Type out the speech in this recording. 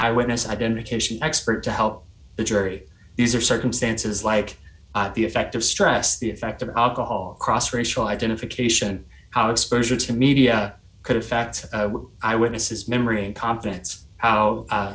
eye witness identification expert to help the jury these are circumstances like the effect of stress the effect of alcohol cross racial identification how exposure to media could affect i witness his memory and contents how a